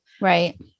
right